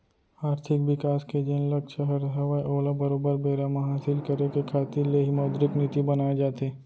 आरथिक बिकास के जेन लक्छ दर हवय ओला बरोबर बेरा म हासिल करे के खातिर ले ही मौद्रिक नीति बनाए जाथे